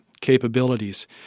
capabilities